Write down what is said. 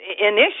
initially